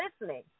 listening